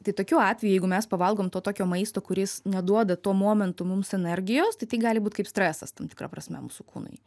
tai tokiu atveju jeigu mes pavalgom to tokio maisto kuris neduoda tuo momentu mums energijos tai tai gali būt kaip stresas tam tikra prasme mūsų kūnui